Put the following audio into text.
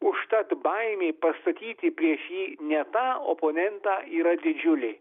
užtat baimė pastatyti prieš jį ne tą oponentą yra didžiulė